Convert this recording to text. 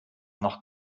noch